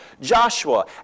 Joshua